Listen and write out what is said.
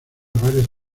varios